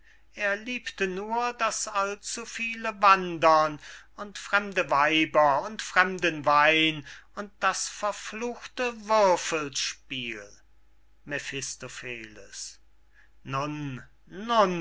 er liebte nur das allzuviele wandern und fremde weiber und fremden wein und das verfluchte würfelspiel mephistopheles nun